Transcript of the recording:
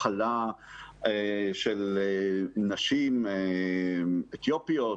הכלה של נשים אתיופיות,